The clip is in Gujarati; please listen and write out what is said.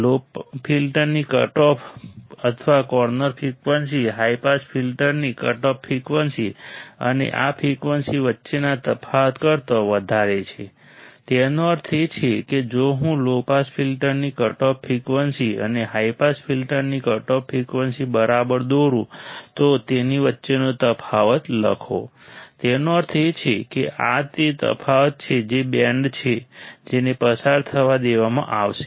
લો ફિલ્ટરની કટઓફ અથવા કોર્નર ફ્રિકવન્સી હાઈ પાસ ફિલ્ટરની કટઓફ ફ્રિકવન્સી અને આ ફ્રિકવન્સી વચ્ચેના તફાવત કરતાં વધારે છે તેનો અર્થ એ કે જો હું લો પાસ ફિલ્ટરની કટઓફ ફ્રિકવન્સી અને હાઈ પાસ ફિલ્ટરની કટઓફ ફ્રિકવન્સી બરાબર દોરું તો તેની વચ્ચેનો તફાવત લખો તેનો અર્થ એ કે આ તે તફાવત છે જે બેન્ડ છે જેને પસાર થવા દેવામાં આવશે